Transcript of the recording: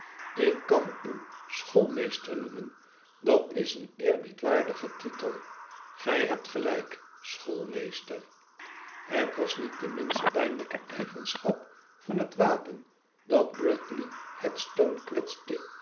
ik kan u schoolmeester noemen dat is een eerbiedwaardige titel gij hebt gelijk schoolmeester het was niet de minst pijnlijke eigenschap van het wapen dat bradley headstone kwetste